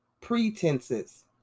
Pretenses